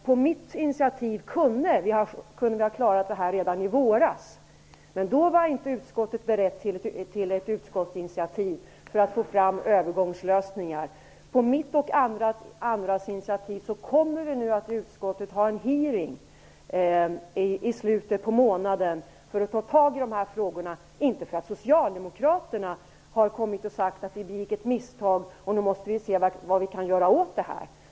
På mitt initiativ kunde vi ha klarat detta redan i våras, men då var inte utskottet berett till ett initiativ för att få fram övergångslösningar. Det är på mitt och andras initiativ som utskottet kommer att ha en hearing i i slutet av denna månad för att ta upp dessa frågor, och inte för att Socialdemokraterna har kommit och sagt att de har begått ett misstag och att vi nu måste se vad vi kan göra åt det.